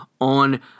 on